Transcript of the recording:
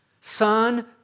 Son